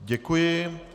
Děkuji.